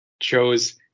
chose